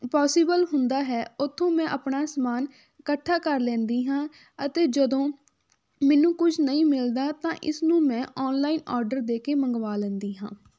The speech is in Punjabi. ਪੋਸੀਬਲ ਹੁੰਦਾ ਹੈ ਉੱਥੋਂ ਮੈਂ ਆਪਣਾ ਸਮਾਨ ਇਕੱਠਾ ਕਰ ਲੈਂਦੀ ਹਾਂ ਅਤੇ ਜਦੋਂ ਮੈਨੂੰ ਕੁਝ ਨਹੀਂ ਮਿਲਦਾ ਤਾਂ ਇਸ ਨੂੰ ਮੈਂ ਔਨਲਾਈਨ ਔਡਰ ਦੇ ਕੇ ਮੰਗਵਾ ਲੈਂਦੀ ਹਾਂ